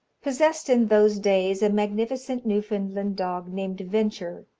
possessed in those days a magnificent newfoundland dog, named venture.